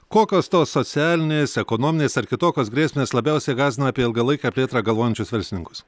kokios tos socialinės ekonominės ar kitokios grėsmės labiausiai gąsdina apie ilgalaikę plėtrą galvojančius verslininkus